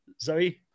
Zoe